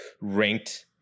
ranked